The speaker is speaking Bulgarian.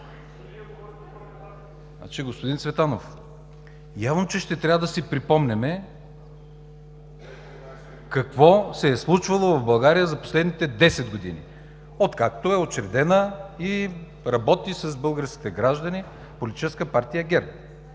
Господин Цветанов, явно че ще трябва да си припомняме какво се е случвало в България за последните десет години, откакто е учредена и работи с българските граждани Политическа партия ГЕРБ.